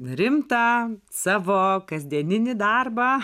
rimtą savo kasdieninį darbą